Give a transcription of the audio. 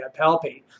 palpate